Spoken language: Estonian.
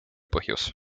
põhjus